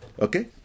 Okay